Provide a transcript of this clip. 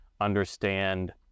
understand